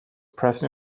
pressed